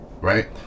Right